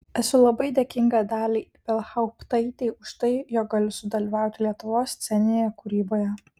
esu labai dėkinga daliai ibelhauptaitei už tai jog galiu sudalyvauti lietuvos sceninėje kūryboje